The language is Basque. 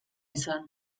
izan